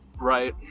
right